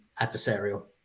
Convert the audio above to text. adversarial